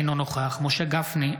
אינו נוכח משה גפני,